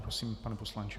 Prosím, pane poslanče.